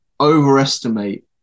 overestimate